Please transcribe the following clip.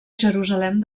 jerusalem